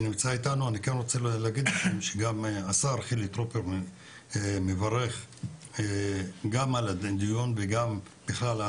גם השר חילי טרופר מברך על הדיון ובכלל על